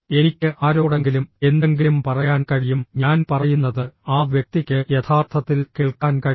എനിക്ക് ആരോടെങ്കിലും എന്തെങ്കിലും പറയാൻ കഴിയും ഞാൻ പറയുന്നത് ആ വ്യക്തിക്ക് യഥാർത്ഥത്തിൽ കേൾക്കാൻ കഴിയും